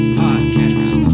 podcast